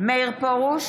מאיר פרוש,